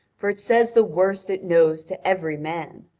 for it says the worst it knows to every man.